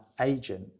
agent